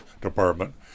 department